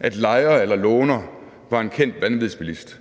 at lejer eller låner var en kendt vanvidsbilist,